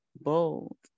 bold